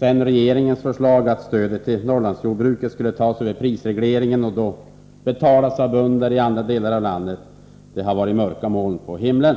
regeringens förslag att stödet till Norrlandsjordbruket skulle tas över prisregleringen — och betalas av bönderna i andra delar av landet — har varit mörka moln på himlen.